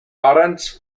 lawrence